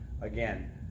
again